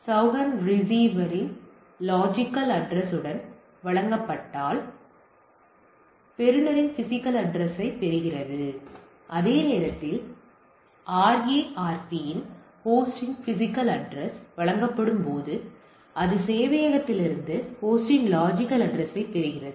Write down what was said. சௌஹன் ரிசீவரின் லொஜிக்கல் அட்ரஸ்யுடன் வழங்கப்பட்டால் அது பெறுநரின் பிஸிக்கல் அட்ரஸ்யைப் பெறுகிறது அதே நேரத்தில் RARP இல் ஹோஸ்டின் பிஸிக்கல் அட்ரஸ் வழங்கப்படும் போது அது சேவையகத்திலிருந்து ஹோஸ்டின் லொஜிக்கல் அட்ரஸ்யைப் பெறுகிறது